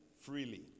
freely